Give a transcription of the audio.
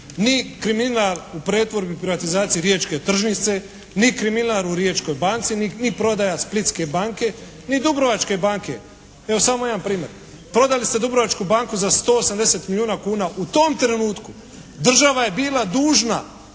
ni kriminal u pretvorbi, privatizaciji riječke tržnice, ni kriminal u "Riječkoj banci" ni prodaja "Splitske banke", ni "Dubrovačke banke". Evo samo jedan primjer. Prodali ste "Dubrovačku banku" za 180 milijuna kuna. U tom trenutku država je bila dužna